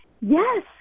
yes